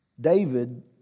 David